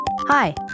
Hi